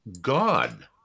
God